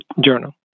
journal